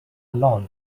learned